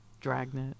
dragnet